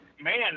man